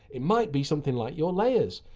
it might be something like your layers.